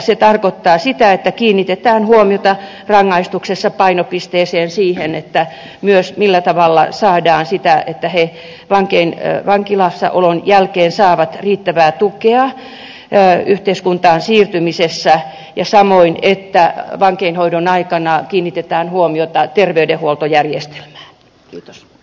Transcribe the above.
se tarkoittaa sitä että kiinnitetään huomiota rangaistuksessa myös siihen painopisteeseen millä tavalla saadaan sitä että hei vankien vangit vankilassaolon jälkeen saavat riittävää tukea yhteiskuntaan siirtymisessä ja samoin että kiinnitetään huomiota vankienhoidon terveydenhuoltojärjestelmään